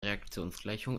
reaktionsgleichung